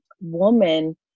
woman